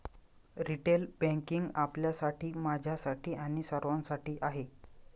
retail banking आपल्यासाठी, माझ्यासाठी आणि सर्वांसाठी आहे